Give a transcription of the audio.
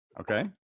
Okay